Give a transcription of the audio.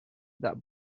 that